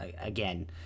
again